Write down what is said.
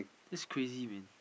that's crazy man